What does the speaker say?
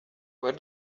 where